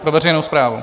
Pro veřejnou správu.